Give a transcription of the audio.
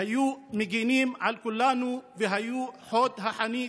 היו מגינים על כולנו והיו חוד החנית,